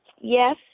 yes